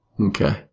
Okay